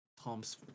Tom's